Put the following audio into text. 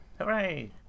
Hooray